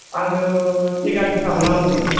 आंनो सेगा जुथाखौ नांगौमोन